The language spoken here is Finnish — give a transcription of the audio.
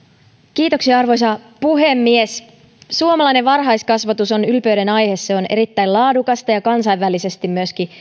arvoisa puhemies suomalainen varhaiskasvatus on ylpeyden aihe se on erittäin laadukasta ja myöskin kansainvälisesti